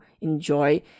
enjoy